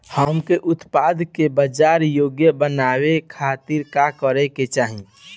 हमके उत्पाद के बाजार योग्य बनावे खातिर का करे के चाहीं?